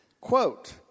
Quote